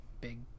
big